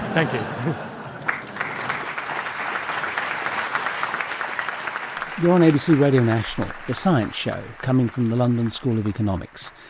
um you're on abc radio national, the science show coming from the london school of economics,